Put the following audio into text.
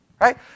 Right